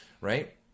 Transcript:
right